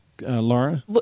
Laura